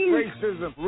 racism